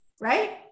Right